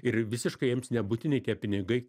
ir visiškai jiems nebūtini tie pinigai